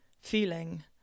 feeling